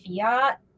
Fiat